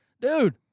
dude